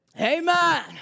Amen